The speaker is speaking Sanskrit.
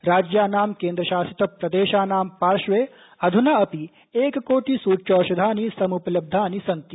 राज्यानां केन्द्रशासित प्रदेशानां पार्श्वे अध्ना अपि एककोटिस्च्यौषधानि सम्पलब्धानि सन्ति